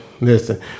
listen